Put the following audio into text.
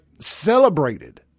celebrated